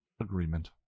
agreement